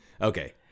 Okay